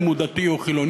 אם הוא דתי או חילוני,